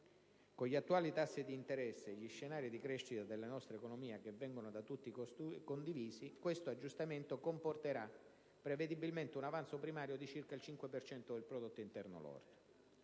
Con gli attuali tassi di interesse e gli scenari di crescita della nostra economia, che vengono da tutti condivisi, questo aggiustamento comporterà prevedibilmente un avanzo primario di circa il 5 per cento del prodotto interno lordo.